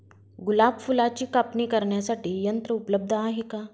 गुलाब फुलाची कापणी करण्यासाठी यंत्र उपलब्ध आहे का?